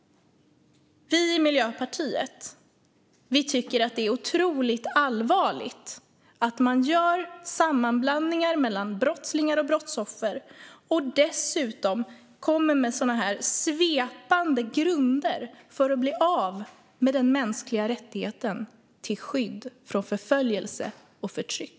Vi i Miljöpartiet tycker att det otroligt allvarligt att man gör sammanblandningar mellan brottslingar och brottsoffer och dessutom kommer med svepande grunder för att människor ska bli av med den mänskliga rättigheten till skydd från förföljelse och förtryck.